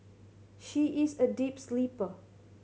she is a deep sleeper